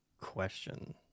question